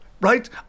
right